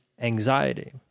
anxiety